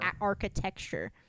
architecture